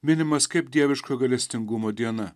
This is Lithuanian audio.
minimas kaip dieviško gailestingumo diena